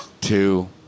Two